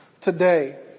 today